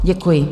Děkuji.